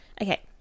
Okay